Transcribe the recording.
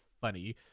funny